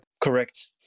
Correct